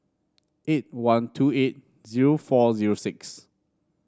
eight one two eight zero four zero six